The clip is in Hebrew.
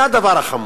זה הדבר החמור.